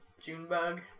Junebug